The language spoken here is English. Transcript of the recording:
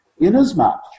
inasmuch